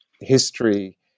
history